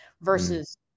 versus